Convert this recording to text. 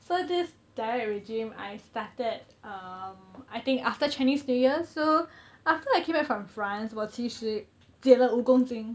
so this diet regime I started um I think after chinese new year so after I came back from france 我其实减了五公斤